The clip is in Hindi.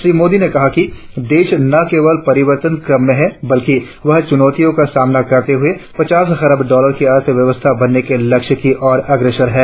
श्री मोदी ने कहा कि देश न केवल परिवर्तन क्रम में है बल्कि वह चुनौतियों का सामना करते हुए पचास खरब डॉलर की अर्थव्यवस्था बनने के लक्ष्य की ओर अग्रसर है